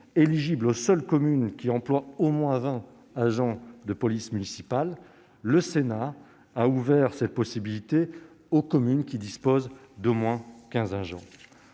éligible aux seules communes qui emploient au moins vingt agents de police municipale, le Sénat a ouvert cette possibilité aux communes qui disposent d'au moins quinze agents.